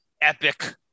epic